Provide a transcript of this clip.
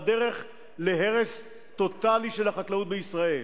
בדרך להרס טוטלי של החקלאות בישראל?